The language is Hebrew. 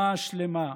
אומה שלמה.